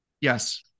Yes